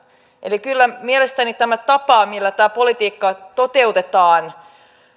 eli kyllä mielestäni tämä tapa millä tätä politiikkaa toteutetaan